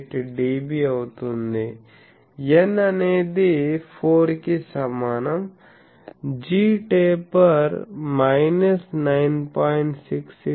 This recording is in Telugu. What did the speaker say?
48 dB అవుతుంది n అనేది 4 కి సమానం gtaper మైనస్ 9